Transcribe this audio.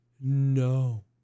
no